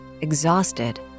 exhausted